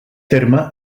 terme